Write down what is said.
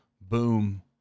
boom